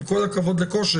עם כל הכבוד לכושר,